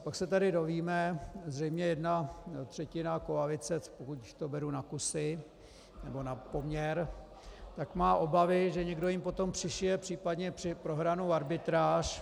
Pak se tady dozvíme, zřejmě jedna třetina koalice, když to beru na kusy nebo na poměr, má obavy, že někdo jim potom přišije případně prohranou arbitráž.